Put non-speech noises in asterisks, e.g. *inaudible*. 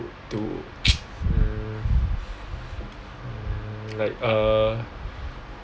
to *noise* hmm like err